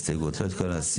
ההסתייגות לא התקבלה.